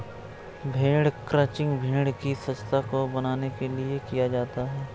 भेड़ क्रंचिंग भेड़ की स्वच्छता को बनाने के लिए किया जाता है